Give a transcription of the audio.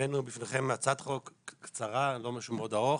הבאנו בפניכם הצעת חוק קצרה, לא משהו מאוד ארוך.